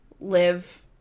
live